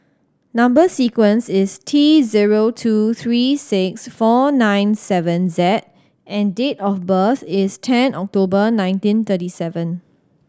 number sequence is T zero two three six four nine seven Z and date of birth is ten October nineteen thirty seven